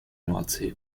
nordsee